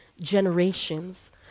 generations